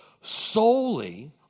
Solely